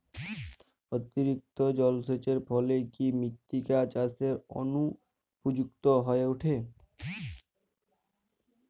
অতিরিক্ত জলসেচের ফলে কি মৃত্তিকা চাষের অনুপযুক্ত হয়ে ওঠে?